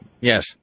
Yes